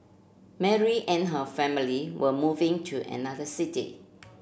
Mary and her family were moving to another city